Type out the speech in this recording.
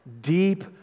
deep